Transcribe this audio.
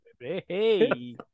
Hey